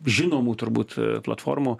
žinomų turbūt platformų